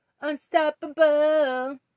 unstoppable